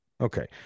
Okay